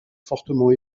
fortement